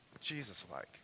Jesus-like